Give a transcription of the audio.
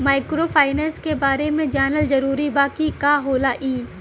Microfinance के बारे में जानल जरूरी बा की का होला ई?